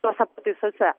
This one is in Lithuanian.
tose pataisose